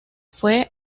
fue